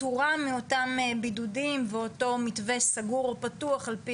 פטורה מאותם בידודים ואותו מתווה סגור או פתוח על פי